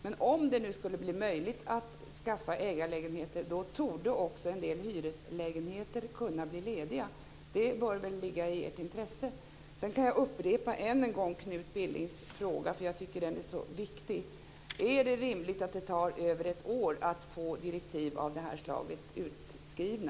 Men om det nu skulle bli möjligt att skaffa ägarlägenheter, torde också en del hyreslägenheter kunna bli lediga. Det bör väl ligga i ert intresse. Sedan kan jag än en gång upprepa Knut Billings fråga, för jag tycker att den är så viktig. Är det rimligt att det tar över ett år att få direktiv av det här slaget skrivna?